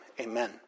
Amen